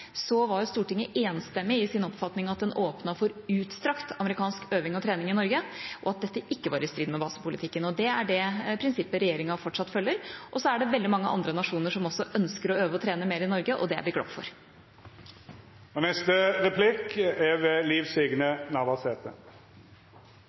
var Stortinget enstemmig i sin oppfatning av at den åpnet for utstrakt amerikansk øving og trening i Norge, og at dette ikke var i strid med basepolitikken. Det er det prinsippet regjeringa fortsatt følger. Så er det veldig mange andre nasjoner som også ønsker å øve og trene mer i Norge, og det er vi glad for. Eg vil nytte høvet til å gratulere både presidenten og